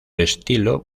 estilo